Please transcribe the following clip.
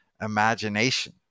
imagination